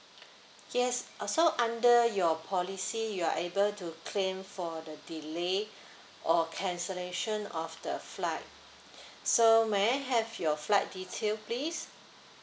yes uh so under your policy you are able to claim for the delay or cancellation of the flight so may I have your flight detail please